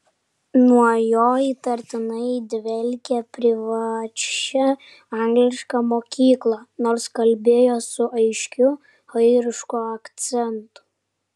nuo jo įtartinai dvelkė privačia angliška mokykla nors kalbėjo su aiškiu airišku akcentu